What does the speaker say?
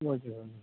okay